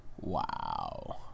Wow